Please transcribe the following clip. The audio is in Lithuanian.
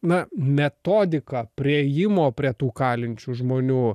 na metodika priėjimo prie tų kalinčių žmonių